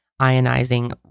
ionizing